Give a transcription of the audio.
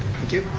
thank you.